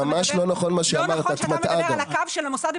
לא נכון כשאתה מדבר על הקו של המוסד של